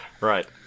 Right